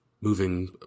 moving